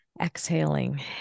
exhaling